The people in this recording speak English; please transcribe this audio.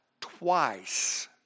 twice